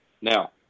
Now